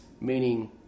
meaning